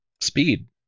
speed